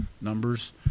numbers